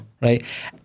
right